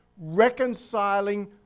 reconciling